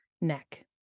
neck